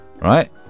right